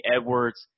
Edwards